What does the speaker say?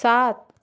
सात